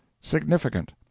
significant